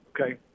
Okay